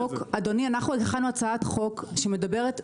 אנחנו הכנו הצעת חוק שמדברת,